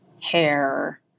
hair